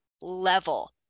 level